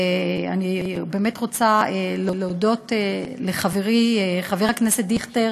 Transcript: ואני באמת רוצה להודות לחברי חבר הכנסת דיכטר